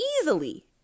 easily